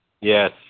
Yes